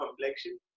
complexion